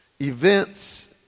events